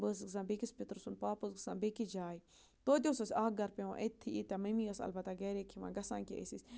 بہٕ ٲسٕس گژھان بیٚکِس پترٕ سُنٛد پاپہٕ اوس گژھان بیٚکہِ جایہِ توتہِ اوس اَسہِ اَکھ گَرٕ پٮ۪وان أتھی ییٚتیٛا ممی ٲس البتہ گَرے کھٮ۪وان گژھان کنٛہہ أسۍ ٲسۍ